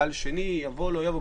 גל שני אם יבוא או לא יבוא,